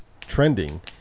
trending